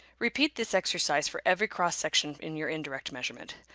repeat this exercise for every cross section in your indirect measurement.